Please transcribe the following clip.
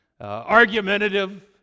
argumentative